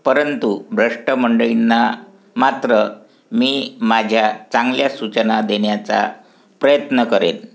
परंतु भ्रष्ट मंडळींना मात्र मी माझ्या चांगल्या सूचना देण्याचा प्रयत्न करेन